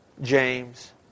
James